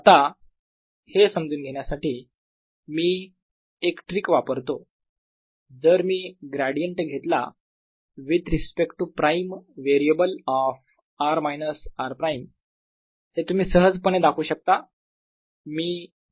आता हे समजून घेण्यासाठी मी एक ट्रिक वापरतो जर मी ग्रॅडियंट घेतला with respect to prime variable of r minus r prime हे तुम्ही सहजपणे दाखवू शकता